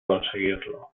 conseguirlo